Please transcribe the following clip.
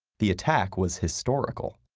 the attack was historical,